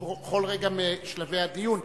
בכל רגע משלבי הדיון.